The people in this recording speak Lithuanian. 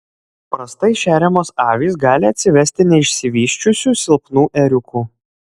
prastai šeriamos avys gali atsivesti neišsivysčiusių silpnų ėriukų